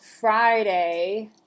Friday